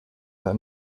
del